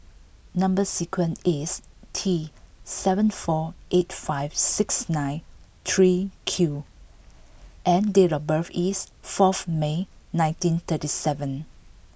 number sequence is T seven four eight five six nine three Q and date of birth is fourth May nineteen thirty seven